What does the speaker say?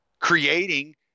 creating